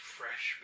fresh